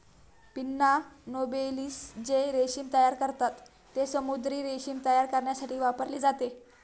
pinna nobilis जे रेशीम तयार करतात, ते समुद्री रेशीम तयार करण्यासाठी वापरले जाते